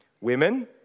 Women